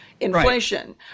inflation